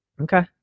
Okay